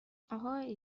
آهای